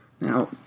Now